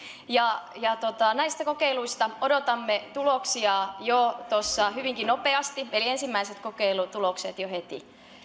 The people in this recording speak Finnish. näistä kokeiluista odotamme tuloksia jo tuossa hyvinkin nopeasti eli ensimmäiset kokeilutulokset tulevat jo heti